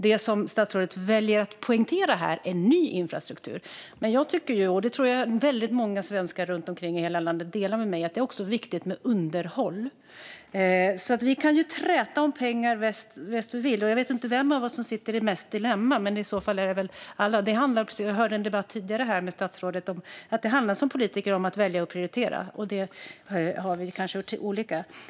Det som statsrådet väljer att poängtera här är ny infrastruktur. Men jag tycker - och det tror jag att väldigt många svenskar i hela landet håller med mig om - att det också är viktigt med underhåll. Vi kan träta om pengar bäst vi vill. Jag vet inte vem av oss som står inför det värsta dilemmat, men i så fall är det väl alla. Jag hörde statsrådet säga i en tidigare debatt här att det som politiker handlar om att välja och prioritera. Det har vi kanske gjort på olika sätt.